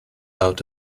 out